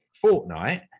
fortnight